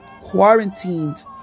quarantined